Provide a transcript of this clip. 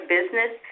Business